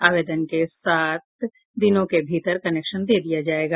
आवेदन के सात दिनों के भीतर कनेक्शन दे दिया जायेगा